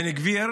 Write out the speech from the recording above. בן גביר